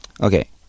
Okay